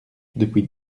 depuis